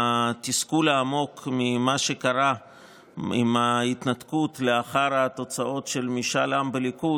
למעשה התסכול העמוק ממה שקרה עם ההתנתקות לאחר תוצאות משאל העם בליכוד,